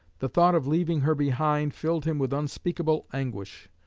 the thought of leaving her behind filled him with unspeakable anguish.